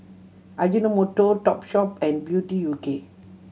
Ajinomoto Topshop and Beauty U K